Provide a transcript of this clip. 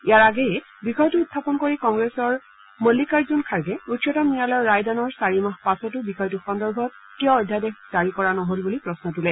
ইয়াৰ আগেয়ে বিষয়টো উখাপন কৰি কংগ্ৰেছৰ মল্লিকাৰ্জুন খাৰ্গে উচ্চতম ন্যায়ালয়ৰ ৰায়দানৰ চাৰি মাহ পাছতো বিষয়টো সন্দৰ্ভত কিয় অধ্যাদেশ জাৰি কৰা নহল বুলি প্ৰশ্ন তোলে